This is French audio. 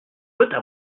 autre